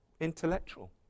intellectual